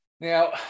Now